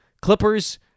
Clippers